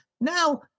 now